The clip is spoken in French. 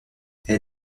elle